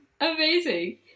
Amazing